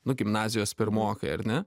nu gimnazijos pirmokai ar ne